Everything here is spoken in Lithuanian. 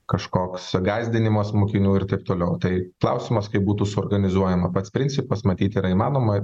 kažkoks gąsdinimas mokinių ir taip toliau tai klausimas kaip būtų suorganizuojama pats principas matyt yra įmanoma